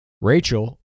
Rachel